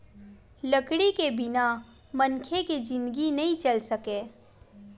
लकड़ी के बिना मनखे के जिनगी नइ चल सकय